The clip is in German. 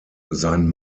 sein